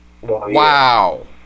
Wow